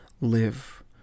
live